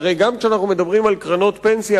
הרי גם כשאנחנו מדברים על קרנות פנסיה